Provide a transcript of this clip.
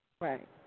Right